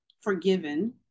forgiven